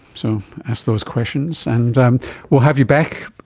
so ask those questions. and um we'll have you back